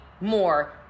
more